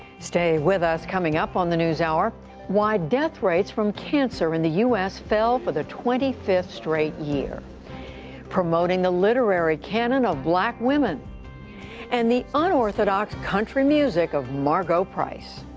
stay with us. coming up on the newshour why death rates from cancer in the u s. fell for the twenty fifth straight year promoting the literary canon of black women and the unorthodox country music of margo price.